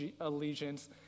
allegiance